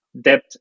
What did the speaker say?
debt